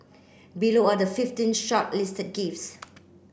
below are the fifteen shortlisted gifts